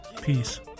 Peace